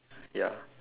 ya